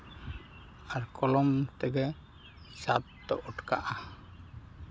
ᱟᱨ ᱠᱚᱞᱚᱢ ᱛᱮᱜᱮ ᱪᱷᱟᱸᱫᱽ ᱫᱚ ᱟᱴᱠᱟᱜᱼᱟ